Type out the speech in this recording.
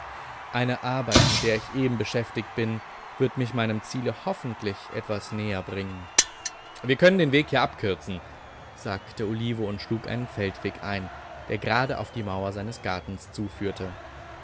eine arbeit mit der ich eben beschäftigt bin wird mich meinem ziele hoffentlich etwas näher bringen wir können den weg hier abkürzen sagte olivo und schlug einen feldweg ein der gerade auf die mauer seines gartens zuführte